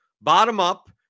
Bottom-up